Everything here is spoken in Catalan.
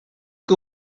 que